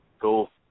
Cool